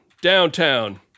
downtown